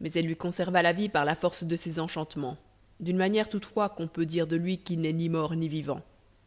mais elle lui conserva la vie par la force de ses enchantements d'une manière toutefois qu'on peut dire de lui qu'il n'est ni mort ni vivant